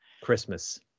Christmas